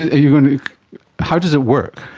ah you know how does it work?